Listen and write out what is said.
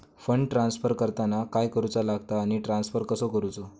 Fund transfer करताना काय करुचा लगता आनी ट्रान्स्फर कसो करूचो?